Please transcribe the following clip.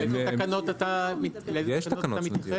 זה אותו מגדל.